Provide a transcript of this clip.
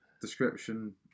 description